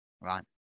right